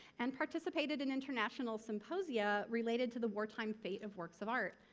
and participated in international symposia related to the wartime fate of works of art.